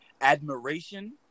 admiration